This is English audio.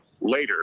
Later